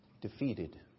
defeated